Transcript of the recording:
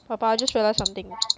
宝宝 I just realized something